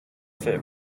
fit